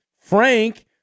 Frank